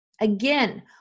again